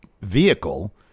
vehicle